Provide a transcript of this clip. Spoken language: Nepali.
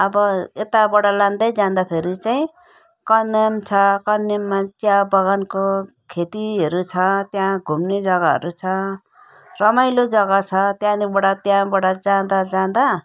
अब यताबाट लाँदै जाँदाखेरि चाहिँ कन्याम छ कन्याममा चिया बगानको खेतीहरू छ त्यहाँ घुम्ने जग्गाहरू छ रमाइलो जग्गा छ त्यहाँबाट त्यहाँबाट जाँदा जाँदा